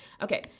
Okay